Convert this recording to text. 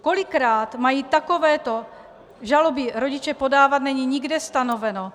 Kolikrát mají takovéto žaloby rodiče podávat, není nikde stanoveno.